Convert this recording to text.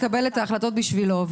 נקבל את ההחלטות בשבילו.